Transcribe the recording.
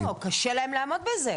לא, קשה להם לעמוד בזה.